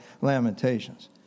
Lamentations